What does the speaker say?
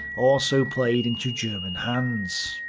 also played into german hands.